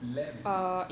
lab is it